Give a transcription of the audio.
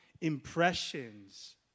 impressions